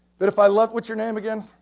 but if i love, what's your name again?